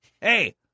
Hey